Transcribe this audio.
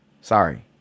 Sorry